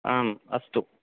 आम् अस्तु